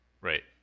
Right